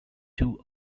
two